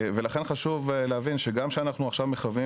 ולכן חשוב להבין שגם כשאנחנו עכשיו מכוונים